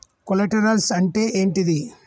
Collaterals అంటే ఏంటిది?